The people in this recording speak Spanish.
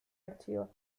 archivo